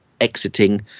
exiting